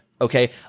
Okay